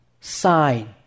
sign